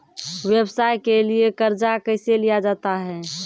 व्यवसाय के लिए कर्जा कैसे लिया जाता हैं?